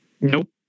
Nope